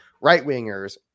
right-wingers